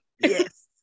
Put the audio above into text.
Yes